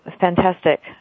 fantastic